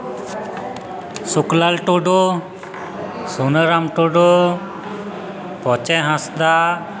ᱥᱩᱠᱞᱟᱞ ᱴᱩᱰᱩ ᱥᱩᱱᱟᱹᱨᱟᱢ ᱴᱩᱰᱩ ᱯᱚᱪᱮ ᱦᱟᱸᱥᱫᱟ